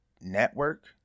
network